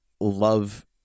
love